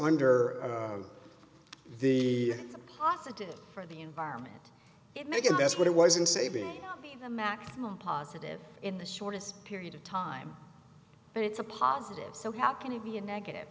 under the positive for the environment it make it that's what it was in saving the maximum positive in the shortest period of time but it's a positive so how can it be a negative